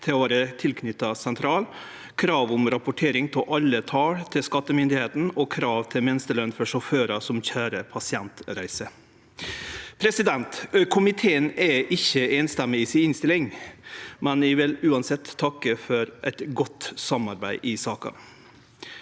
til å vere tilknytta ein sentral, krav om rapportering av alle tal til skattemyndigheitene og krav til minsteløn for sjåførar som køyrer pasientreiser. Komiteen er ikkje einstemmig i innstillinga, men eg vil uansett takke for eit godt samarbeid i saka.